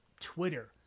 Twitter